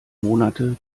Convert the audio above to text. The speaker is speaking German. monate